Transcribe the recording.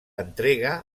entrega